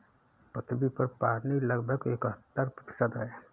पृथ्वी पर पानी लगभग इकहत्तर प्रतिशत है